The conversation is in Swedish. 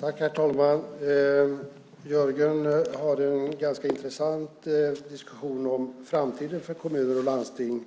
Herr talman! Jörgen Johansson förde en ganska intressant diskussion om framtiden för kommuner och landsting.